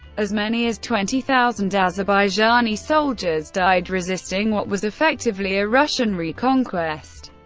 as many as twenty thousand azerbaijani soldiers died resisting what was effectively a russian reconquest.